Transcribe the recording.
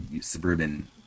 suburban